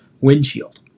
windshield